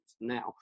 now